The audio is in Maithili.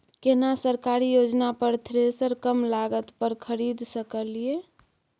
केना सरकारी योजना पर थ्रेसर कम लागत पर खरीद सकलिए?